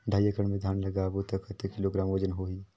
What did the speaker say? ढाई एकड़ मे धान लगाबो त कतेक किलोग्राम वजन होही?